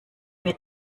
mir